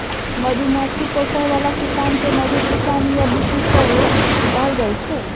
मधुमाछी पोसय बला किसान केँ मधु किसान या बीकीपर कहल जाइ छै